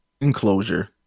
enclosure